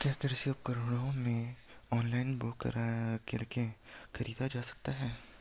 क्या कृषि उपकरणों को मैं ऑनलाइन बुक करके खरीद सकता हूँ?